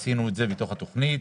עשינו את זה בתוך התכנית.